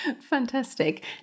Fantastic